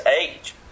age